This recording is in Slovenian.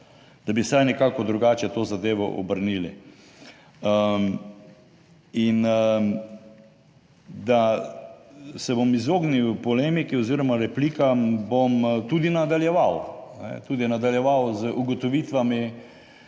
Da bi vsaj nekako drugače to zadevo obrnili. In da se bom izognil polemiki oziroma replikam bom tudi nadaljeval, tudi nadaljeval z ugotovitvami